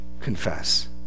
confess